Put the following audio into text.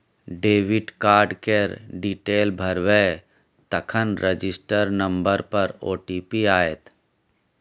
debit card केर detail भरबै तखन रजिस्टर नंबर पर ओ.टी.पी आएत